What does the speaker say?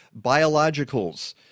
biologicals